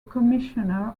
commissioner